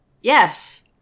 Yes